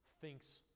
thinks